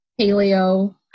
paleo